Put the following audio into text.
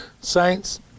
Saints